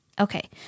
Okay